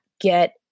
get